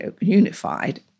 unified